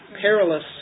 perilous